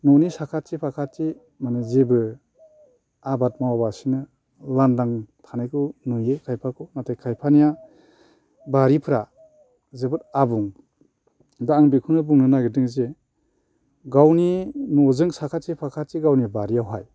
न'नि साखाथि फाखाथि माने जेबो आबाद मावालासिनो लांदां थानायखौ नुयो खायफाखौ नाथाय खायफानिया बारिफोरा जोबोद आबुं दा आं बेखौनो बुंनो नागिरदों जे गावनि न'जों साखाथि फाखाथि गावनि बारियावहाय